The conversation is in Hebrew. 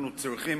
אנחנו צריכים,